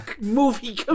Movie